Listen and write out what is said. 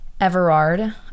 Everard